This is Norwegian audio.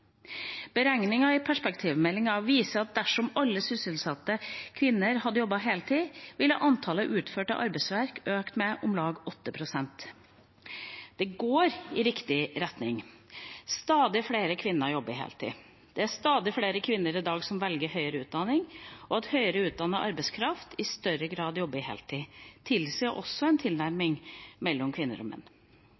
Beregninger i Perspektivmeldinga viser at dersom alle sysselsatte kvinner hadde jobbet heltid, ville antallet utførte arbeidsverk ha økt med om lag 8 pst. Det går i riktig retning. Stadig flere kvinner jobber heltid. Det er stadig flere kvinner i dag som velger høyere utdanning, og at høyere utdannet arbeidskraft i større grad jobber heltid, tilsier også en